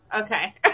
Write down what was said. Okay